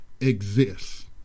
exist